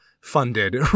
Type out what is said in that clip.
funded